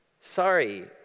Sorry